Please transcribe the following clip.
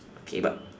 okay but